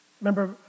remember